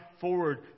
forward